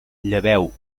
lleveu